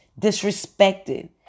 disrespected